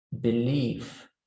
belief